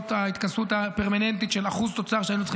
ההתכנסות הפרמננטית של אחוז תוצר שהיינו צריכים